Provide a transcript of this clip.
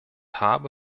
habe